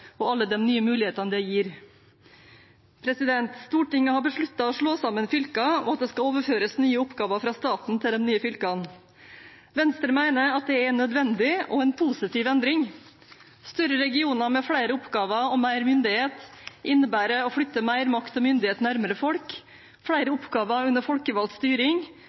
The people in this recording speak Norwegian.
og alle de nye mulighetene det gir. Stortinget har besluttet å slå sammen fylker, og at det skal overføres nye oppgaver fra staten til de nye fylkene. Venstre mener at det er en nødvendig og positiv endring. Større regioner med flere oppgaver og mer myndighet innebærer å flytte mer makt og myndighet nærmere folk, flere oppgaver under folkevalgt styring,